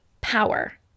power